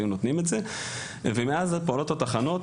היו נותנים את זה ומאז הן פועלות התחנות,